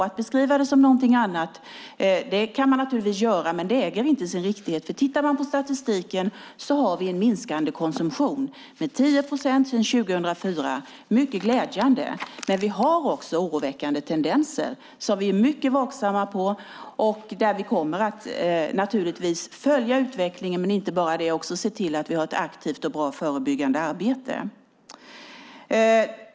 Att beskriva det som någonting annat kan man naturligtvis göra, men det äger inte sin riktighet. Om vi tittar på statistiken ser vi att vi har en minskande konsumtion med 10 procent sedan 2004, vilket är mycket glädjande. Vi har emellertid också oroväckande tendenser som vi är mycket vaksamma på. Där kommer vi naturligtvis att följa utvecklingen och också se till att vi har ett aktivt och bra förebyggande arbete.